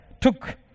took